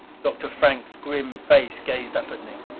dr. frank's grim face gazed up at me.